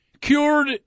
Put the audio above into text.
cured